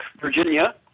Virginia